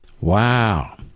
Wow